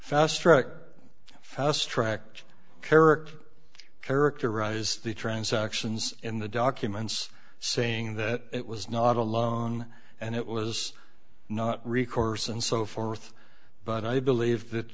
fast track fast tracked character characterize the transactions in the documents saying that it was not alone and it was not recourse and so forth but i believe that